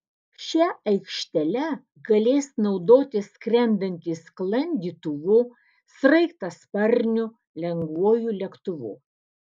šia aikštele galės naudotis skrendantys sklandytuvu sraigtasparniu lengvuoju lėktuvu